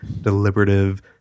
deliberative